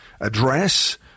address